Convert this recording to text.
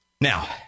Now